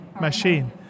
machine